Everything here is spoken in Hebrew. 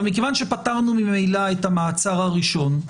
מכיוון שפטרנו את המעצר הראשון,